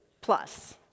plus